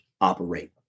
operate